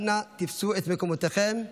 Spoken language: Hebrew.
אנא תפסו את מקומותיכם.